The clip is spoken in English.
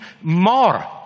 more